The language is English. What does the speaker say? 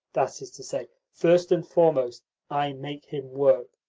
that is to say, first and foremost i make him work.